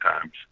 times